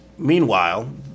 Meanwhile